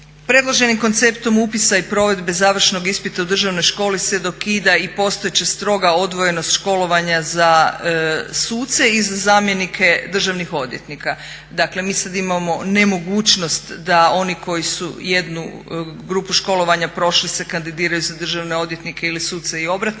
Predloženim konceptom upisa i provedbe završnog ispita u Državnoj školi se dokida i postojeća stroga odvojenost školovanja za suce i za zamjenike državnih odvjetnika. Dakle, mi sad imamo nemogućnost da oni koji su jednu grupu školovanja prošli se kandidiraju za državne odvjetnike ili suce i obratno,